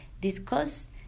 discuss